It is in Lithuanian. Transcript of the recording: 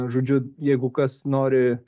žodžiu jeigu kas nori